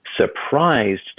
surprised